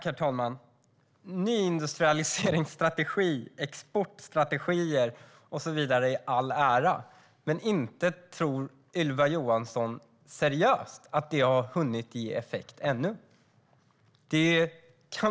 Herr talman! Nyindustrialiseringsstrategi, exportstrategier och så vidare i all ära, men inte tror Ylva Johansson på allvar att det har hunnit ge effekt ännu?